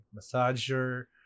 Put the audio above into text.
massager